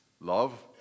love